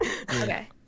Okay